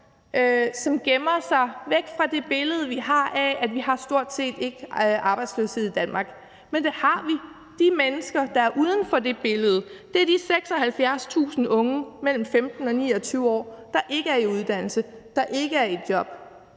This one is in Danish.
som gemmer sig væk fra det billede, vi har af, at vi stort set ikke har arbejdsløshed i Danmark. Men det har vi! De mennesker, der er uden for det billede, er de 76.000 unge mellem 15 og 29 år, der ikke er i uddannelse, der ikke er i job.